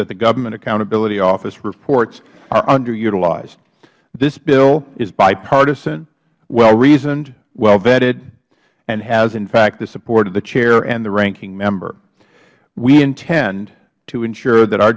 that the government accountability office reports are under utilized this bill is bipartisan well reasoned well vetted and has in fact the support of the chair and the ranking member we intend to ensure that